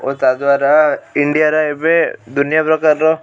ଓ ତାଦ୍ଵାରା ଇଣ୍ଡିଆର ଏବେ ଦୁନିଆ ପ୍ରକାରର